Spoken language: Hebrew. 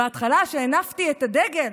בהתחלה, כשהנפתי את הדגל,